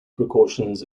precautions